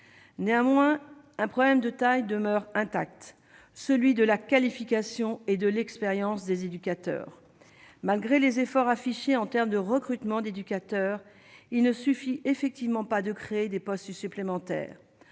néanmoins un problème de taille demeure intactes, celui de la qualification et de l'expérience des éducateurs, malgré les efforts affichés en terme de recrutement d'éducateurs, il ne suffit effectivement pas de créer des postes supplémentaires,